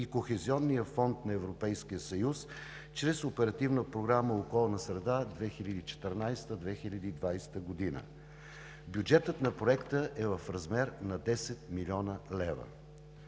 и Кохезионния фонд на Европейския съюз чрез Оперативна програма „Околна среда 2014 – 2020 г.“. Бюджетът на Проекта е в размер на 10 млн. лв.